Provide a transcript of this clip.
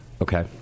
Okay